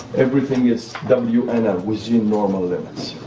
everything is wnl, within normal limits.